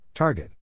Target